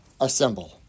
assemble